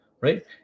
right